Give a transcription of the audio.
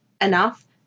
enough